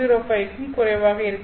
405 க்கும் குறைவாக இருக்க வேண்டும்